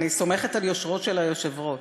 אני סומכת על יושרו של היושב-ראש.